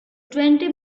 twenty